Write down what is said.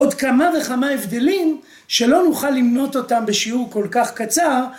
עוד כמה וכמה הבדלים, שלא נוכל למנות אותם בשיעור כל כך קצר,